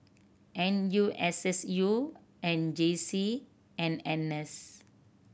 N U S S U J C and N S